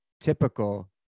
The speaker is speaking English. typical